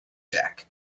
jack